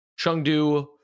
Chengdu